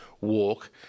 walk